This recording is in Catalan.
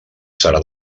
serà